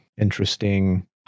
Interesting